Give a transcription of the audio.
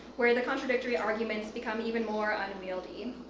where the contradictory arguments become even more unwieldy.